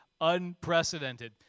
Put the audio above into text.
unprecedented